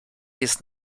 jest